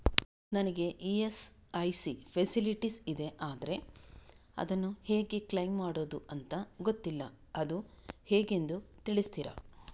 ನನಗೆ ESIC facility ಇದೆ ಆದ್ರೆ ಅದನ್ನು ಹೇಗೆ ಕ್ಲೇಮ್ ಮಾಡೋದು ಅಂತ ಗೊತ್ತಿಲ್ಲ ಅದು ಹೇಗೆಂದು ತಿಳಿಸ್ತೀರಾ?